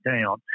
down